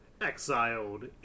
exiled